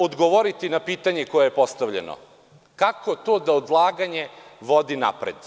Odgovoriću na pitanje koje je postavljeno – kako to da odlaganje vodi napred?